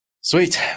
Sweet